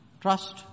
Trust